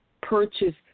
purchase